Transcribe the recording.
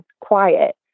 quiet